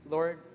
Lord